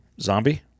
zombie